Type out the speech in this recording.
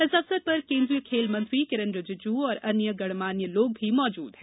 इस अवसर पर केन्द्रीय खेल मंत्री किरेन रिजिजू और अन्य गणमान्य लोग भी मौजूद हैं